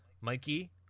Mikey